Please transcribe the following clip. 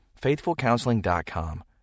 FaithfulCounseling.com